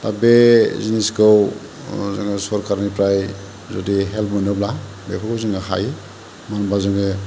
बे जिनिसखौ जोङो सरकारनिफ्राय जुदि हेल्प मोनोब्ला बैखोबो जोङो हायो मानो होनोबा जोङो